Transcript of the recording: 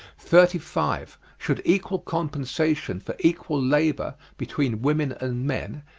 thirty five. should equal compensation for equal labor, between women and men,